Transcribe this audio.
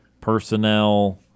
Personnel